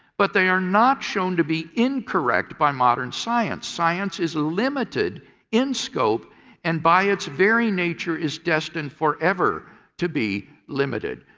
but they are not shown to be incorrect by modern science. science is limited in scope and by its very nature is destined for ever to be limited.